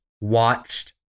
watched